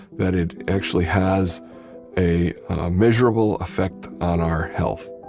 that it actually has a measurable effect on our health